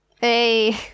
Hey